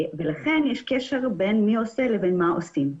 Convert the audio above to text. יש קשר בין מי עושה למה עושים.